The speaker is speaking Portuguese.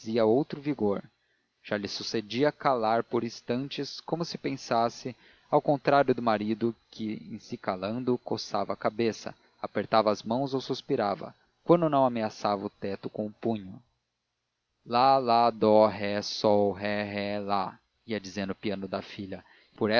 outro vigor já lhe sucedia calar por instantes como se pensasse ao contrário do marido que em se calando coçava a cabeça apertava as mãos ou suspirava quando não ameaçava o teto com o punho lá lá dó ré sol ré ré lá ia dizendo o piano da filha por